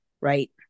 right